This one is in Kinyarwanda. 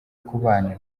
kubana